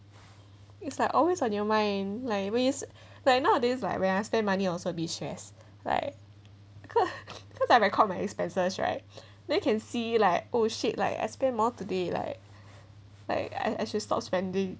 it's like always on your mind like always like nowadays like when I spend money also a bit stress like ca~ cause I record my expenses right they can see like oh shit like I spend more today like like I I should stop spending